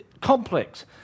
complex